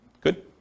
Good